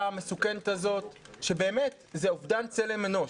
המסוכנת הזאת שבאמת זה אובדן צלם אנוש,